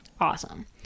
Awesome